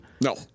No